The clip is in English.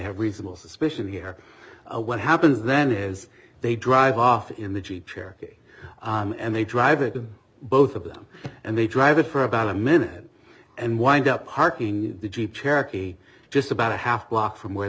have reasonable suspicion here what happens then is they drive off in the jeep cherokee and they drive it to both of them and they drive it for a valid minute and wind up hark in the jeep cherokee just about a half block from where